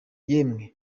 yemwe